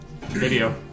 video